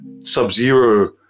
Sub-Zero